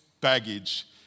baggage